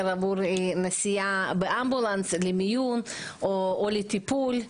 עבור נסיעה באמבולנס למיון או לטיפול,